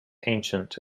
ancient